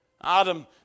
Adam